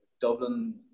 Dublin